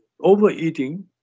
overeating